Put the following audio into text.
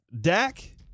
Dak